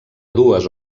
dues